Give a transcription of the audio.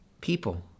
people